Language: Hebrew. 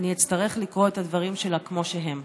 אני אצטרך לקרוא את הדברים שלה כמו שהם.